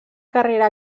carrera